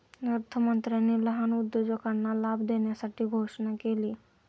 अर्थमंत्र्यांनी लहान उद्योजकांना लाभ देण्यासाठी घोषणा केली